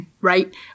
Right